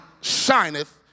shineth